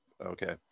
okay